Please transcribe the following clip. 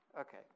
Okay